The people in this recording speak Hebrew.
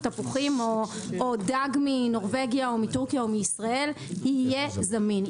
תפוחים או דג מנורבגיה או מטורקיה או מישראל אם יהיה זמין.